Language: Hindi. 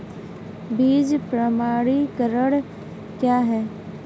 बीज प्रमाणीकरण क्या है?